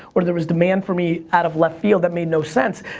or there was demand for me out of left-field that made no sense.